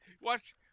watch